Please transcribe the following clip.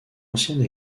ancienne